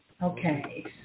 Okay